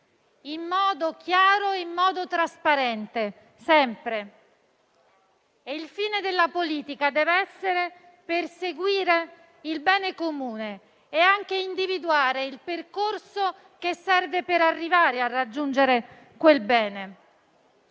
in modo chiaro e trasparente, sempre. Il fine della politica deve essere perseguire il bene comune e individuare il percorso che serve per arrivare a raggiungere quel bene.